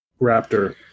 raptor